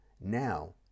Now